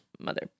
mother